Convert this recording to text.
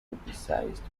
publicized